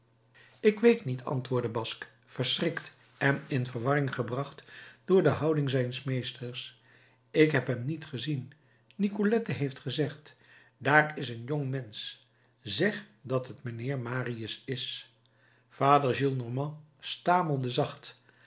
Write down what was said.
ik weet niet antwoordde basque verschrikt en in verwarring gebracht door de houding zijns meesters ik heb hem niet gezien nicolette heeft mij gezegd daar is een jong mensch zeg dat het mijnheer marius is vader gillenormand stamelde zacht